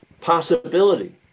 possibility